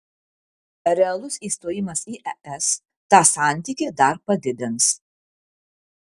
realus įstojimas į es tą santykį dar padidins